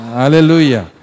Hallelujah